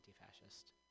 anti-fascist